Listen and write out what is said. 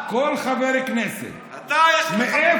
כל חבר כנסת, אתה, יש לך,